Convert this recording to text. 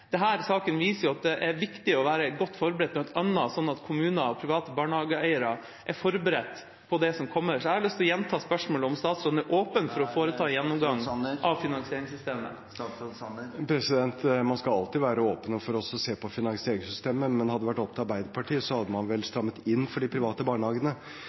saken viser at det er viktig å være godt forberedt, bl.a. sånn at kommuner og private barnehageeiere er forberedt på det som kommer. Jeg har lyst til å gjenta spørsmålet om hvorvidt statsråden er åpen for å foreta en gjennomgang av finansieringssystemet. Man skal alltid være åpen for å se på finansieringssystemet, men hadde det vært opp til Arbeiderpartiet, hadde man vel strammet inn for de private barnehagene.